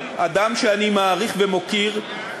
אדם שאני מעריך ומוקיר,